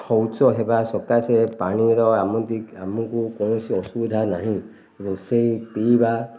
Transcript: ଶୌଚ ହେବା ସକାଶେ ପାଣିର ଆମକୁ କୌଣସି ଅସୁବିଧା ନାହିଁ ରୋଷେଇ ପିଇବା